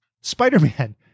Spider-Man